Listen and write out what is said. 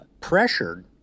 pressured